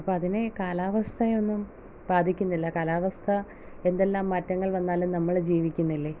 അപ്പം അതിനെ കാലാവസ്ഥയൊന്നും ബാധിക്കുന്നില്ല കാലാവസ്ഥ എന്തെല്ലാം മാറ്റങ്ങൾ വന്നാലും നമ്മൾ ജീവിക്കുന്നില്ലേ